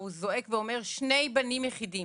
והוא זועק ואומר: שני בנים יחידים